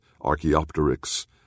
Archaeopteryx